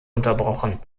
unterbrochen